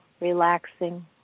relaxing